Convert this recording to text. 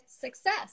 success